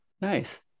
nice